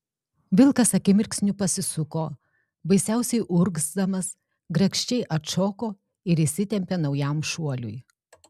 vilkas akimirksniu pasisuko baisiausiai urgzdamas grakščiai atšoko ir įsitempė naujam šuoliui